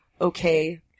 okay